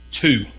Two